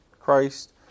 Christ